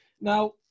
Now